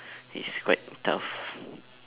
it's quite tough